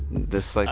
this like